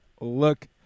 look